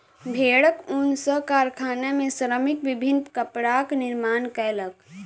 भेड़क ऊन सॅ कारखाना में श्रमिक विभिन्न कपड़ाक निर्माण कयलक